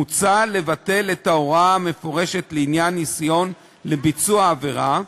מוצע לבטל את ההוראה המפורשת לעניין ניסיון לביצוע העבירה,